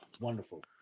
Wonderful